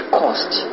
cost